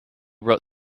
wrote